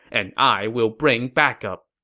and i will bring backup.